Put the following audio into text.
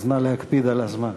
אז נא להקפיד על הזמן.